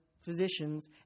physicians